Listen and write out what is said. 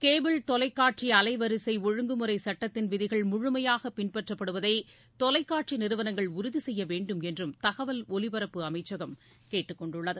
cable தொலைக்காட்சிஅலைவரிசை ஒழுங்குமுறை சட்டத்தின் விதிகள் முழுமையாக பின்பற்றப்படுவதை தொலைக்காட்சி நிறுவனங்கள் உறுதி செய்யவேண்டும் என்று தகவல் ஒலிப்பரப்பு அமைச்சகம் கேட்டுக்கொண்டுள்ளது